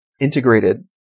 integrated